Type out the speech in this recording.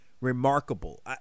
remarkable